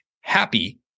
happy